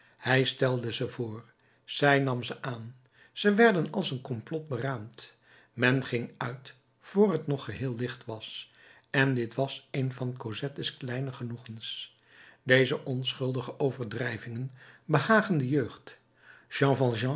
hij stelde ze voor zij nam ze aan ze werden als een complot beraamd men ging uit vr t nog geheel licht was en dit was een van cosettes kleine genoegens deze onschuldige overdrijvingen behagen de jeugd